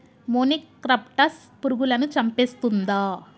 మొనిక్రప్టస్ పురుగులను చంపేస్తుందా?